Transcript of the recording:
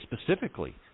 specifically